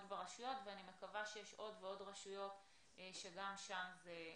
ברשויות ואני מקווה שיש עוד ועוד רשויות שגם שם זה מתקיים.